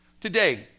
Today